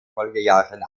folgejahren